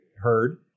heard